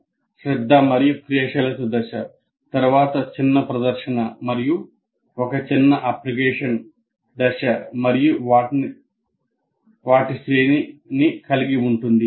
'శ్రద్ధ మరియు క్రియాశీలత' దశ తరువాత ఒక చిన్న ప్రదర్శన మరియు ఒక చిన్న అప్లికేషన్ దశ మరియు వాటి శ్రేణిని కలిగి ఉంటుంది